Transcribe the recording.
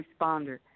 responder –